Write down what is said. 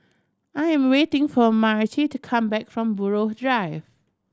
I am waiting for Myrtie to come back from Buroh Drive